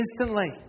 instantly